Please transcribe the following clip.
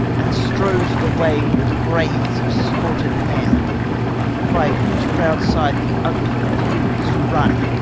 and strows the way with brains of slaughter'd men by whose proud side the ugly furies run,